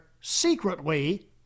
secretly